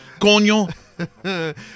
coño